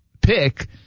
pick